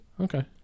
Okay